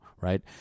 right